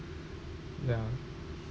ya